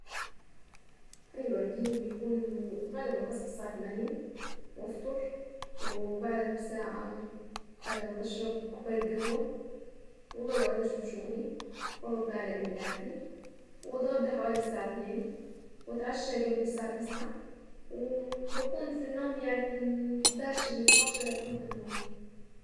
ايوا روتيني بيكون غالبا بصحى الساعة تمانية وافطر وبعدها بساعة بشرب كوباية قهوة وببقى قاعدة اشوف شغلي وارد على ايميلاتي واتغدى حوالي الساعة اتنين واتعشى قبل الساعة تسعة وبكون في النوم يعني من أحد عشر ل اثني عشر اكون في النوم.